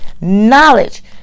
knowledge